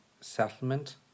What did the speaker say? settlement